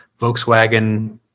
Volkswagen